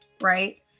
right